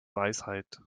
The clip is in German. weisheit